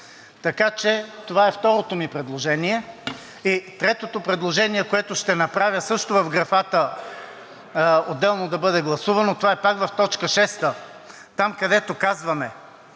Така че това е второто ми предложение. Третото предложение, което ще направя също в графата отделно да бъде гласувано, е пак в т. 6 – там, където казваме,